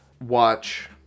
watch